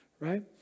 Right